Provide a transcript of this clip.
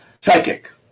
psychic